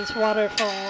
Waterfall